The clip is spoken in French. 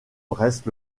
reste